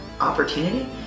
opportunity